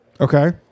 Okay